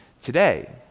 today